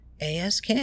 ASK